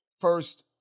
First